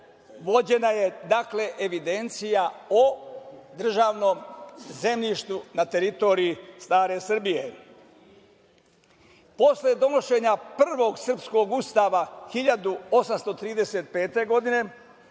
vođena je evidencija o državnom zemljištu na teritoriji stare Srbije. Posle donošenja prvog srpskog Ustava 1835. godine,